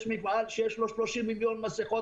יש מפעל שיש לו 30 מיליון מסכות,